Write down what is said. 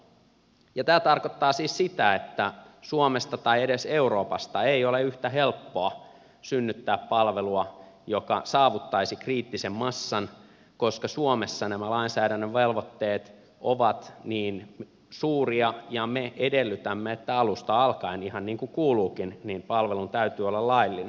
tämä tarkoittaa siis sitä että suomesta tai edes euroopasta ei ole yhtä helppoa synnyttää palvelua joka saavuttaisi kriittisen massan koska suomessa nämä lainsäädännön velvoitteet ovat niin suuria ja me edellytämme että alusta alkaen ihan niin kuin kuuluukin palvelun täytyy olla laillinen